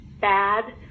bad